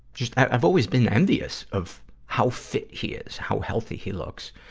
just, i, i've always been envious of how fit he is, how healthy he looks.